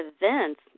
events